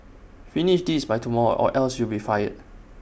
finish this by tomorrow or else you'll be fired